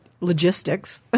Logistics